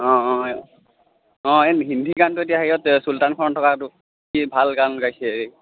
অঁ অঁ এই অঁ হিন্দী গানটো এতিয়া হেৰিয়ত চুলতানখনত থকাটো সি ভাল গান গাইছে